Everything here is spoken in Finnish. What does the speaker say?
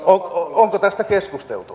onko tästä keskusteltu